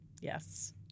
Yes